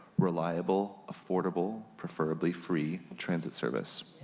reliable, affordable preferably free, transit service.